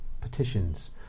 petitions